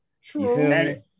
True